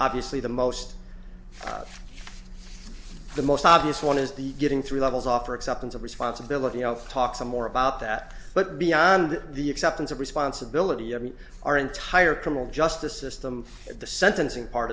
obviously the most the most obvious one is the getting three levels off for acceptance of responsibility of talk some more about that but beyond the acceptance of responsibility every our entire criminal justice system the sentencing part